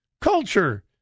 Culture